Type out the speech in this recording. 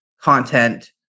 content